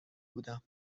بودم